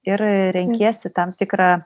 ir renkiesi tam tikrą